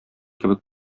кебек